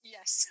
Yes